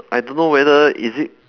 I don't know whether is it